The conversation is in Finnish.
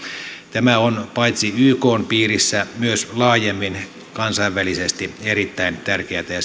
tämä on paitsi ykn piirissä myös laajemmin kansainvälisesti erittäin tärkeätä ja